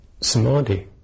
samadhi